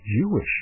Jewish